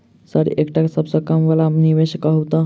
Sir एकटा सबसँ कम समय वला निवेश कहु तऽ?